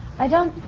i don't.